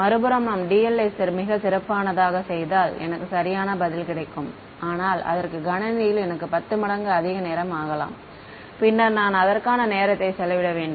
மறுபுறம் நான் dl ஐ மிகச் சிறப்பானதாக செய்தால் எனக்கு சரியான பதில் கிடைக்கும் ஆனால் அதற்கு கணினியில் எனக்கு 10 மடங்கு அதிக நேரம் ஆகலாம் பின்னர் நான் அதற்கான நேரத்தை செலவிட வேண்டும்